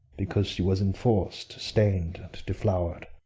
because she was enforc'd, stain'd, and deflower'd?